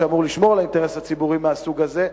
שאמור לשמור על האינטרס הציבורי מהסוג הזה,